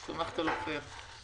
אני סומכת על אופיר.